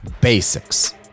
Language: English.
Basics